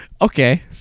okay